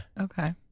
Okay